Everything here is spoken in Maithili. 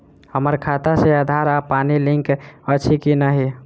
हम्मर खाता सऽ आधार आ पानि लिंक अछि की नहि?